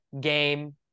game